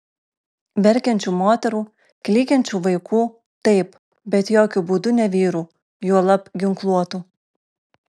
verkiančių moterų klykiančių vaikų taip bet jokiu būdu ne vyrų juolab ginkluotų